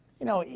you know,